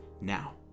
now